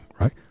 Right